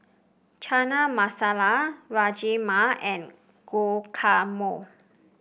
Chana Masala Rajma and Guacamole